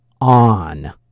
on